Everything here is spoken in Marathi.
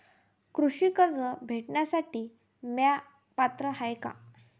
कृषी कर्ज भेटासाठी म्या पात्र हाय का?